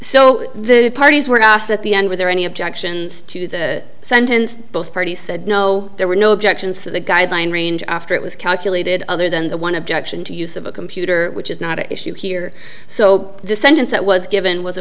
so the parties were asked at the end were there any objections to the sentence both parties said no there were no objections to the guideline range after it was calculated other than the one objection to use of a computer which is not at issue here so to sentence that was given w